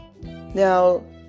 now